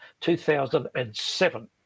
2007